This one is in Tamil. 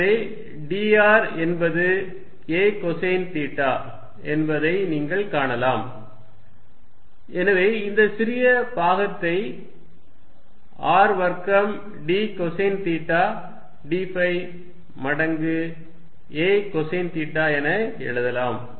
எனவே dr என்பது a கொசைன் தீட்டா dracosθ என்பதை நீங்கள் காணலாம் எனவே இந்த சிறிய பாகத்தை R வர்க்கம் d கொசைன் தீட்டா dφ மடங்கு a கொசைன் தீட்டா என எழுதலாம்